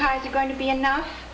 sighs are going to be enough